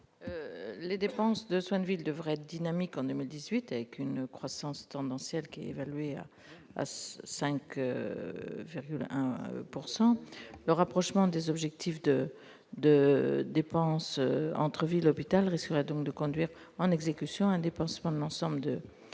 Les dépenses de soins de ville devraient être dynamiques en 2018, avec une croissance tendancielle évaluée à 5,1 %. Le rapprochement des objectifs de dépenses entre ville et hôpital risquerait donc de conduire en exécution à un dépassement de l'ensemble de